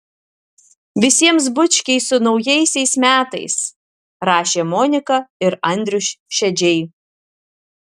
visiems bučkiai su naujaisiais metais rašė monika ir andrius šedžiai